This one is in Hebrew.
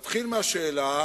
נתחיל מהשאלה